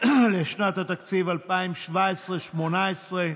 לשנות התקציב 2017 ו-2018)